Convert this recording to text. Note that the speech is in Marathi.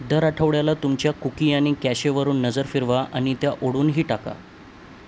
दर आठवड्याला तुमच्या कुकी आणि कॅशेवरून नजर फिरवा आणि त्या उडवूनही टाका